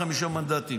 חמישה מנדטים.